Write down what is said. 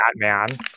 Batman